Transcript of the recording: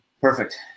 Perfect